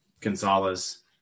Gonzalez